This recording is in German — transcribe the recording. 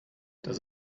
das